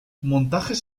montajes